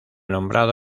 nombrado